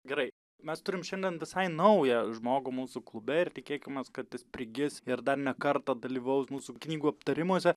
gerai mes turim šiandien visai naują žmogų mūsų klube ir tikėkimės kad jis prigis ir dar ne kartą dalyvaus mūsų knygų aptarimuose